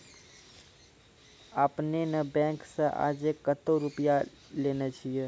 आपने ने बैंक से आजे कतो रुपिया लेने छियि?